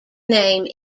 name